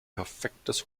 perfektes